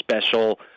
special